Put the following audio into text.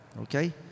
Okay